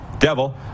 Devil